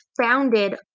founded